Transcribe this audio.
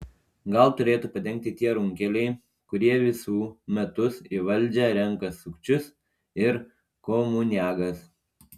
gal turėtų padengti tie runkeliai kurie visu metus į valdžią renka sukčius ir komuniagas